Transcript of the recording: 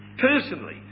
personally